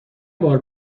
بار